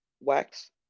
wax